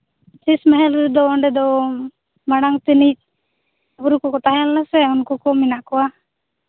ᱥᱤᱥ ᱱᱟᱦᱮᱞ ᱨᱮᱫᱚ ᱚᱸᱰᱮ ᱫᱚ ᱢᱟᱲᱟᱝ ᱛᱮᱱᱤᱡ ᱜᱩᱨᱩ ᱠᱚᱠᱚ ᱛᱟᱦᱮᱸ ᱞᱮᱱᱟ ᱥᱮ ᱩᱱᱠᱩ ᱠᱚ ᱢᱮᱱᱟᱜ ᱠᱚᱣᱟ